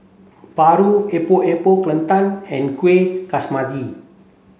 Paru Epok Epok Kentang and Kueh